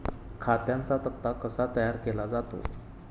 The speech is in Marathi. खात्यांचा तक्ता कसा तयार केला जातो?